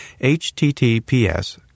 https